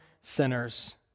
sinners